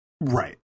Right